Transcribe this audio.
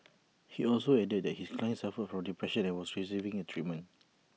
he also added that his client suffered from depression and was receiving treatment